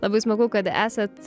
labai smagu kad esat